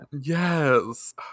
yes